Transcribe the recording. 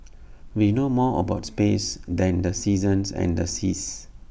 we know more about space than the seasons and the seas